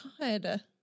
god